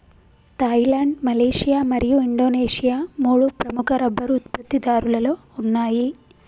Thailand, Malaysia మరియు Indonesia మూడు ప్రముఖ రబ్బరు ఉత్పత్తిదారులలో ఉన్నాయి